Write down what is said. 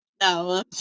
No